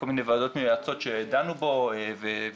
כל מיני ועדות מייעצות שדנו בו ושרים,